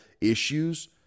issues